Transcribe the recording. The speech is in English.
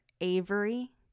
Avery